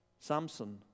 Samson